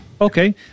Okay